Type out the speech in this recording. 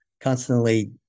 constantly